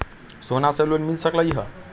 सोना से लोन मिल सकलई ह?